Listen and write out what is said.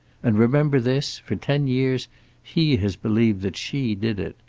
and remember this for ten years he has believed that she did it.